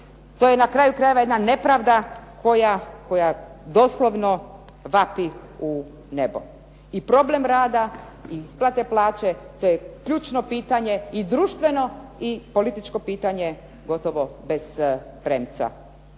To je na kraju krajeva jedna nepravda koja doslovno vapi u nebo i problem rada i isplate plaće to je ključno pitanje i društveno i političko pitanje, gotovo bez premca.